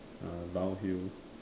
uh downhill